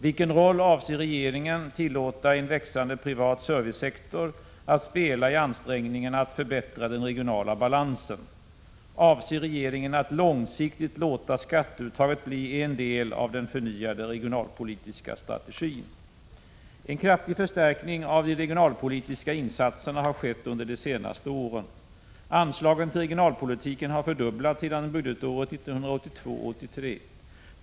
Vilken roll avser regeringen tillåta en växande privat servicesektor att spela i ansträngningarna att förbättra den regionala balansen? 4. Avser regeringen att långsiktigt låta skatteuttaget bli en del av den förnyade regionalpolitiska strategin? En kraftig förstärkning av de regionalpolitiska insatserna har skett under de senaste åren. Anslagen till regionalpolitiken har fördubblats sedan budgetåret 1982/83.